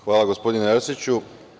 Hvala gospodine Arsiću.